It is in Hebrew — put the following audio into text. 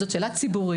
זאת שאלה ציבורית,